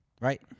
right